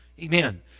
Amen